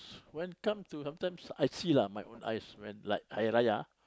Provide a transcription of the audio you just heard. when come to sometimes I see lah my own eyes like when Hari Raya